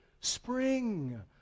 Spring